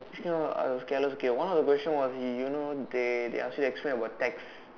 this kind of careless okay one of the question was you know they they ask you explain about text